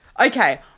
okay